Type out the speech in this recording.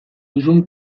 duzun